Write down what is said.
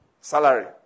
salary